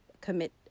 commit